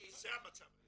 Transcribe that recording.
זה המצב היום.